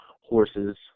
horses